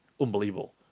unbelievable